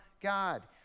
God